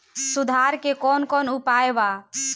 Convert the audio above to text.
सुधार के कौन कौन उपाय वा?